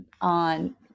on